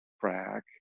track